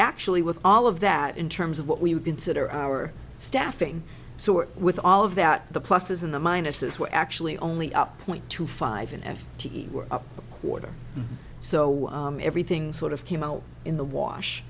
actually with all of that in terms of what we consider our staffing sort with all of that the pluses in the minuses we're actually only up point two five in f t a quarter so everything's sort of came out in the wash